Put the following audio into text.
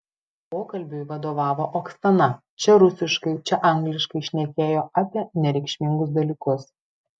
pokalbiui vadovavo oksana čia rusiškai čia angliškai šnekėjo apie nereikšmingus dalykus